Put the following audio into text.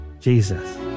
Jesus